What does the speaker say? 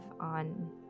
on